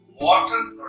water